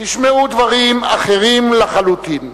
תשמעו דברים אחרים לחלוטין.